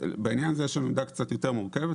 בעניין הזה יש לנו עמדה קצת יותר מורכבת.